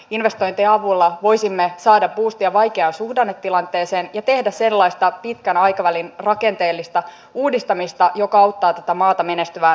investointien avulla voisimme saada buustia vaikeaan suhdannetilanteeseen ja tehdä sellaista pitkän aikavälin rakenteellista uudistamista joka auttaa tätä maata menestymään myös tulevaisuudessa